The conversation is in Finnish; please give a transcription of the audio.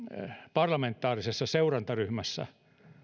parlamentaarisessa seurantaryhmässä